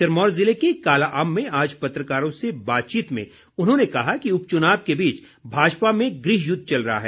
सिरमौर ज़िले के कालाअंब में आज पत्रकारों से बातचीत में उन्होंने कहा कि उपचुनाव के बीच भाजपा में गृह युद्ध चल रहा है